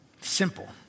Simple